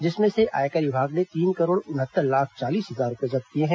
जिसमें से आयकर विभाग ने तीन करोड़ उनहत्तर लाख चालीस हजार रूपए जब्त किए हैं